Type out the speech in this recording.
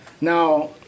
Now